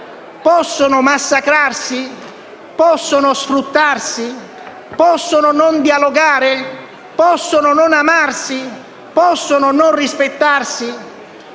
Possono massacrarsi? Possono sfruttarsi? Possono non dialogare? Possono non amarsi? Possono non rispettarsi?